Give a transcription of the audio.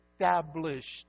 established